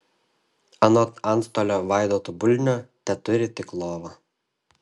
anot antstolio vaidoto bulnio teturi tik lovą